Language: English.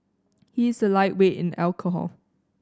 he is a lightweight in alcohol